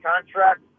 contract